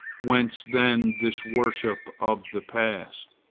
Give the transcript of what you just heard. whence then this worship of the past?